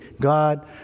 God